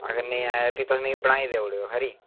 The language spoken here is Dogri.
ते अगर नेईं आया ते भी तुस मिगी बनाई देई ओड़ेओ